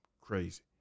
Crazy